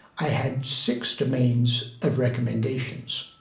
i had six domains of recommendations